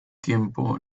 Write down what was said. tiempo